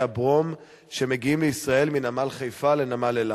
הברום שמגיעים לישראל מנמל חיפה לנמל אילת.